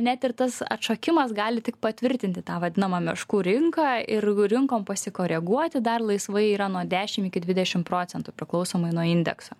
net ir tas atšokimas gali tik patvirtinti tą vadinamą meškų rinką ir rinkom pasikoreguoti dar laisvai yra nuo dešim iki dvidešim procentų priklausomai nuo indekso